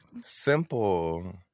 Simple